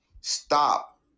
stop